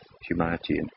humanity